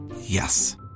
Yes